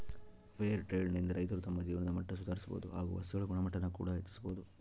fair trade ನಿಂದ ರೈತರು ತಮ್ಮ ಜೀವನದ ಮಟ್ಟ ಸುಧಾರಿಸಬೋದು ಹಾಗು ವಸ್ತುಗಳ ಗುಣಮಟ್ಟಾನ ಕೂಡ ಹೆಚ್ಚಿಸ್ಬೋದು